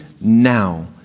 now